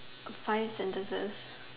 five sentences